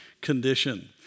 condition